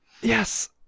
Yes